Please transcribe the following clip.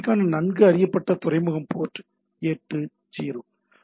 க்கான நன்கு அறியப்பட்ட துறைமுகம் போர்ட் 80